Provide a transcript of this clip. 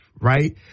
right